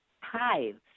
hives